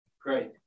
Great